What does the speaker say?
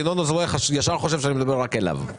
ינון אזולאי ישר חושב שאני מדבר רק אליו...